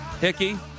Hickey